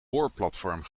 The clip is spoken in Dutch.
boorplatform